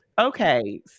Okay